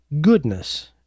goodness